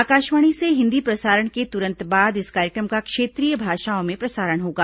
आकाशवाणी से हिंदी प्रसारण के तुरंत बाद इस कार्यक्रम का क्षेत्रीय भाषाओं में प्रसारण होगा